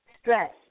stress